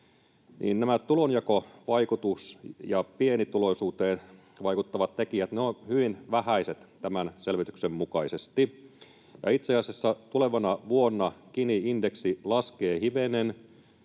tulonjakovaikutus ja pienituloisuuteen vaikuttavat tekijät ovat hyvin vähäiset tämän selvityksen mukaisesti. Itse asiassa tulevana vuonna Gini-indeksi laskee hivenen